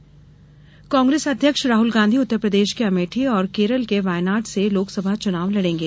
राहुल गांधी कांग्रेस अध्यक्ष राहल गांधी उत्तरप्रदेश के अमेठी और केरल के वायनाड से लोकसभा चुनाव लड़ेंगे